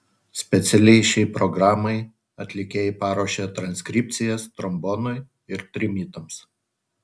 specialiai šiai programai atlikėjai paruošė transkripcijas trombonui ir trimitams